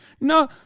No